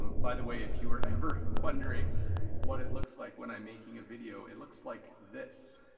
um by the way, if you were ever wondering what it looks like when i'm making a video, it looks like this.